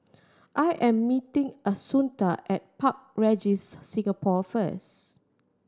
I am meeting Assunta at Park Regis Singapore first